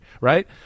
right